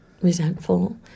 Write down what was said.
resentful